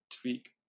tweak